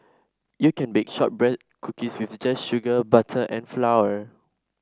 you can bake shortbread cookies with just sugar butter and flour